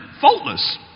faultless